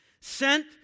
sent